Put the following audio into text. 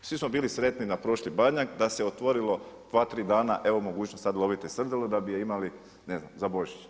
Svi smo bili sretni na prošli Badnjak da se otvorilo dva, tri dana evo mogućnost sad lovite srdelu da bi je imali ne znam za Božić.